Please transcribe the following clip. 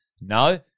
No